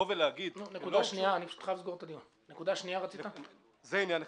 זה עניין אחד.